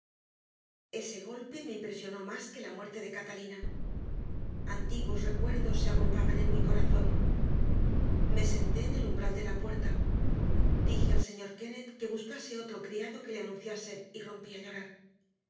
ese golpe me impresionó más que la muerte de catalina antiguos recuerdos se agolpaban en mi corazón me senté en el umbral de la puerta dije al señor kennett que buscase otro criado que le anunciase y rompí a llorar